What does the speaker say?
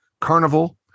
carnival